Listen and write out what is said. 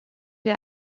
wir